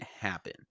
happen